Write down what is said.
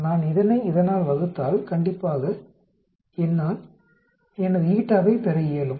நான் இதை இதனால் வகுத்தால் கண்டிப்பாக என்னால் எனது η வைப் பெற இயலும்